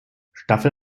staffel